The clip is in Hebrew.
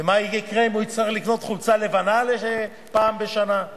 הצעת חוק הבטחת הכנסה (תיקון מס' 37),